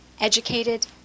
educated